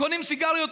קונים סיגריות,